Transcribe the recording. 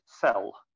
sell